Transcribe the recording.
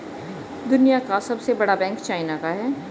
दुनिया का सबसे बड़ा बैंक चाइना का है